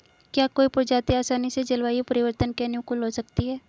क्या कोई प्रजाति आसानी से जलवायु परिवर्तन के अनुकूल हो सकती है?